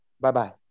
Bye-bye